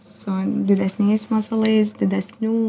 su didesniais masalais didesnių